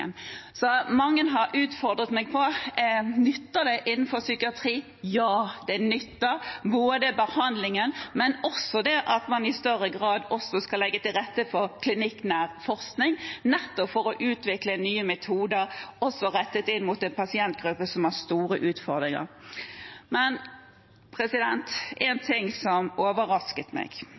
Mange har utfordret meg: Nytter det innenfor psykiatri? Ja, det nytter, både behandlingen og også det at man i større grad skal legge til rette for klinikknær forskning nettopp for å utvikle nye metoder rettet inn mot en pasientgruppe som har store utfordringer. En ting som overrasket meg,